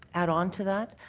add on to that.